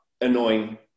annoying